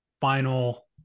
final